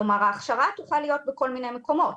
כלומר, ההכשרה תוכל להיות בכל מיני מקומות,